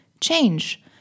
change